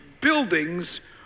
buildings